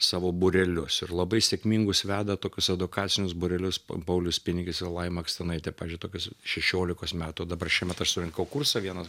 savo būrelius ir labai sėkmingus veda tokius edukacinius būrelius paulius pinigis ir laima akstinaitė pavyzdžiui tokius šešiolikos metų o dabar šiemet aš surinkau kursą viena